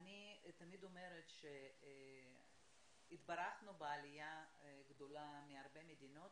אני תמיד אומרת שהתברכנו בעלייה גדולה מהרבה מדיניות,